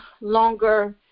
longer